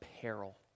peril